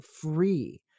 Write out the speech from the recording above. free